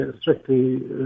strictly